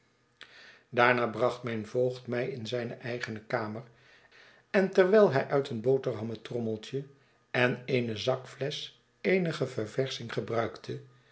daarna bracht mijn voogd mij in zijne eigene kamer en terwijl hij uit een boterhammentrommeltje t en eene zakflesch eenige verversching gebruikte